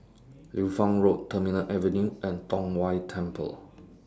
Liu Fang Road Terminal Avenue and Tong Whye Temple